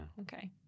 okay